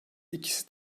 ikisi